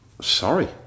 Sorry